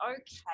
okay